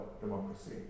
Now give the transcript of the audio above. democracy